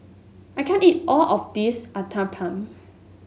I can't eat all of this Uthapam